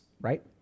right